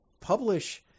publish